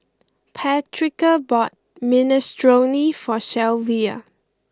Patrica bought Minestrone for Shelvia